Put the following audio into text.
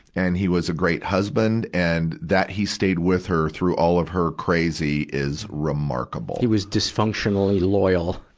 and he was a great husband and that he stayed with her through all of her crazy is remarkable. he was dysfunctionally loyal.